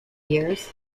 years